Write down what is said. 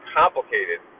complicated